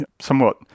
somewhat